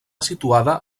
situada